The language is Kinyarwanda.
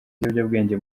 ibiyobyabwenge